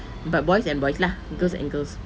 but boys and boys lah girls and girls